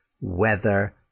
weather